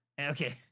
okay